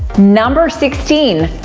number sixteen,